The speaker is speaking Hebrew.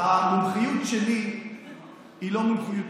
המומחיות שלי היא לא מומחיות משפטית.